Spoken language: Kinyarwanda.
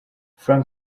frank